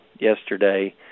yesterday